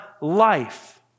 life